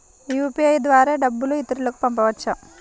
UPI ద్వారా డబ్బు ఇతరులకు పంపవచ్చ?